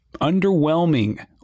underwhelming